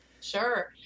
Sure